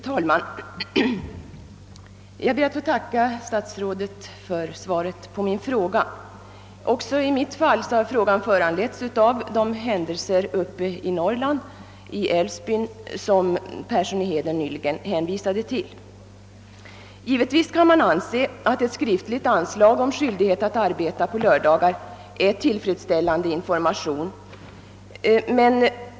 Herr talman! Jag ber att få tacka statsrådet för svaret på min fråga. Också denna har föranletts av de händelser uppe i Älvsbyn, som herr Persson i Heden nyss hänvisat till. Givetvis kan man anse att ett skriftligt anslag om skyldighet att arbeta på lördagar är tillfredsställande information.